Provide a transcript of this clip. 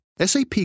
SAP